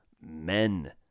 Men